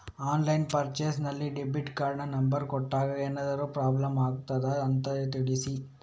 Online purchase ನಲ್ಲಿ debit ಕಾರ್ಡಿನ number ಕೊಟ್ಟಾಗ ಏನಾದರೂ ಪ್ರಾಬ್ಲಮ್ ಆಗುತ್ತದ ಅಂತ ತಿಳಿಸಿ?